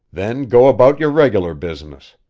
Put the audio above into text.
then go about your regular business.